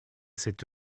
cette